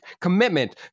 commitment